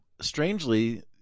Strangely